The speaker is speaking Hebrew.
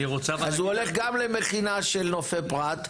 אז הוא הולך גם למכינה של נופי פרת,